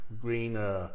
green